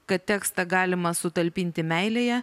kad tekstą galima sutalpinti meilėje